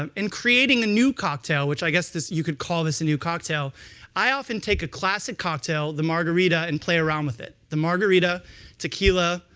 um in creating a new cocktail which i guess you could call this a new cocktail i often take a classic cocktail the margarita and play around with it. the margarita tequila,